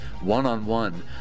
one-on-one